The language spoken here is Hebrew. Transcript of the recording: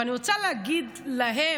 אבל אני רוצה להגיד להם,